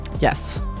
Yes